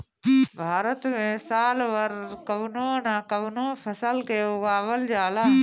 भारत में साल भर कवनो न कवनो फसल के उगावल जाला